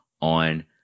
on